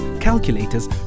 calculators